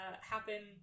happen